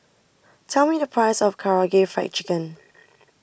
tell me the price of Karaage Fried Chicken